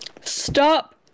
stop